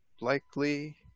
likely